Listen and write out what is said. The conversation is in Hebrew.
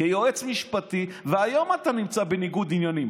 כיועץ משפטי, והיום אתה נמצא בניגוד עניינים.